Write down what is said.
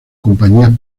compañías